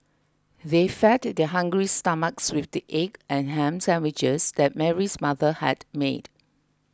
they fed their hungry stomachs with the egg and ham sandwiches that Mary's mother had made